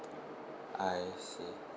I see